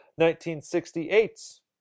1968's